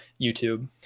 YouTube